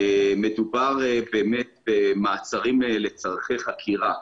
מדובר באמת במעצרים לצורכי חקירה.